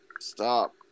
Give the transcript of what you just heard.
Stop